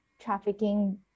trafficking